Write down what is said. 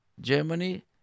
Germany